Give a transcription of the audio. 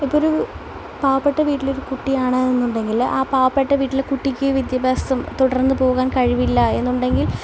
ഇപ്പൊരു പാവപ്പെട്ട വീട്ടിലൊരു കുട്ടിയാണ് എന്നുണ്ടെങ്കിൽ ആ പാവപ്പെട്ട വീട്ടിൽ കുട്ടിക്ക് വിദ്യാഭ്യാസം തുടർന്നുപോകാൻ കഴിവില്ല എന്നുണ്ടെങ്കിൽ